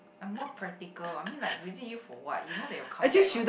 I'm more practical I mean like visit you for what you know that you'll come back one